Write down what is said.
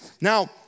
Now